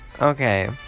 Okay